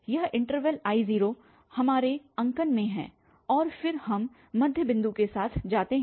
यह interval I0 हमारे अंकन में है और फिर हम मध्य बिंदु के साथ जाते हैं